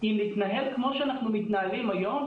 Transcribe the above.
אם נתנהל כמו שאנחנו מתנהלים היום,